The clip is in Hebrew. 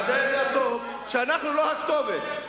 ואתה יודע טוב שאנחנו לא הכתובת,